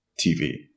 TV